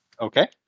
Okay